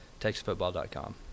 TexasFootball.com